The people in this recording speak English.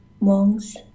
monks